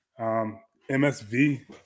MSV